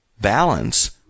balance